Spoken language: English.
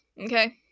okay